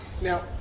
now